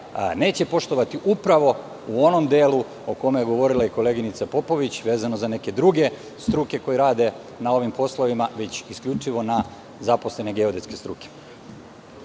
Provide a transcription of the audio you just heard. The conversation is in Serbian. neće poštovati upravo u onom delu, o čemu je govorila i koleginica Popović, vezano za neke druge struke koje rade na ovim poslovima, već isključivo na zaposlene geodetske struke.